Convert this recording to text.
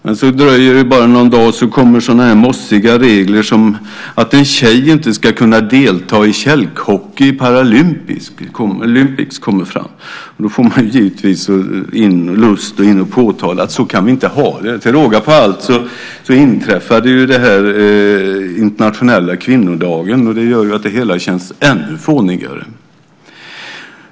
Men sedan dröjer det bara någon dag så kommer det mossiga regler, till exempel om att en tjej inte ska kunna delta i kälkhockey i Paralympics. Givetvis får man då lust att gå in och påtala att så kan vi inte ha det. Till råga på allt inträffade detta på den internationella kvinnodagen. Det gör att det hela känns ännu fånigare.